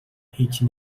هیچی